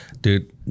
Dude